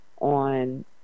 on